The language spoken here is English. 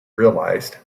realized